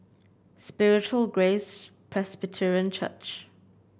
Spiritual Grace Presbyterian Church